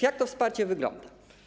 Jak to wsparcie wygląda?